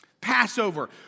Passover